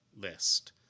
list